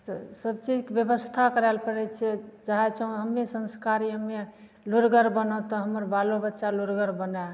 तऽ ईसब चीजके ब्यवस्था करै लए पड़ैत छै चाहै छौ हमे संस्कारी लुरिगर बनब तऽ हमर बालोबच्चा लुरिगर बनै